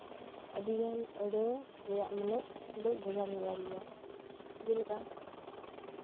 ᱟᱹᱰᱤᱜᱟᱱ ᱟᱹᱲᱟᱹ ᱨᱮᱭᱟᱜ ᱢᱮᱱᱮᱛ ᱫᱚ ᱵᱷᱮᱜᱟᱨ ᱵᱷᱮᱜᱟᱨ ᱜᱮᱭᱟ ᱡᱮᱞᱮᱠᱟ